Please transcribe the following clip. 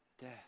Death